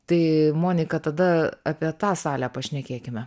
tai monika tada apie tą salę pašnekėkime